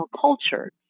culture